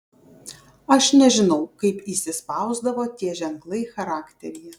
aš nežinau kaip įsispausdavo tie ženklai charakteryje